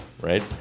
right